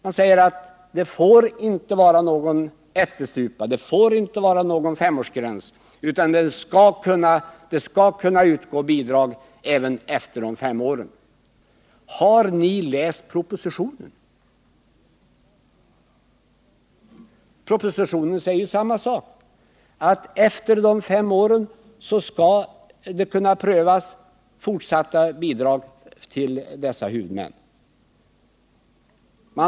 Man säger att det inte får vara någon ättestupa, inte någon femårsgräns, utan att bidrag skall kunna utgå även efter de fem åren. Har ni läst propositionen? Den säger ju samma sak, att efter de fem åren skall fortsatta bidrag till dessa huvudmän kunna prövas.